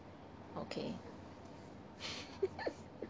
okay